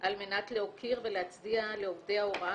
על מנת להוקיר ולהצדיע לעובדי ההוראה